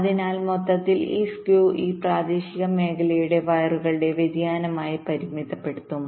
അതിനാൽ മൊത്തത്തിൽ ഈ സ്ക്യൂ ഈ പ്രാദേശിക മേഖലയിലെ വയറുകളുടെ വ്യതിയാനമായി പരിമിതപ്പെടുത്തും